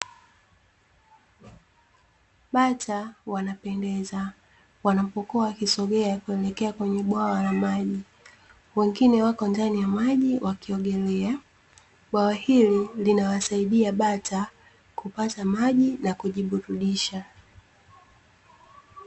Bata wanapendeza, wanapokuwa wakisogea kuelekea kwenye bwawa la maji, wengine wako ndani ya maji wakiogelea. Bwawa hili linawasaidia bata kupata maji na kujiburudisha.